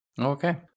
Okay